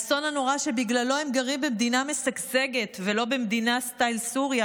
האסון הנורא שבגללו הם גרים במדינה משגשגת ולא במדינה סטייל סוריה,